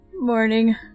Morning